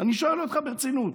אני שואל אותך ברצינות.